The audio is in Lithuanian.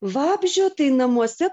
vabzdžio tai namuose